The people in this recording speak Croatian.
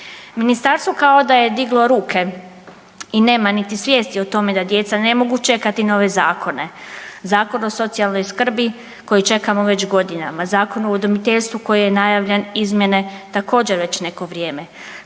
Ministarstvo kao da je diglo ruke i nema niti svijesti o tome da djeca ne mogu čekati nove zakone. Zakon o socijalnoj skrbi koji čekamo već godinama, Zakon o udomiteljstvu koji je najavljen izmjene također već neko vrijeme.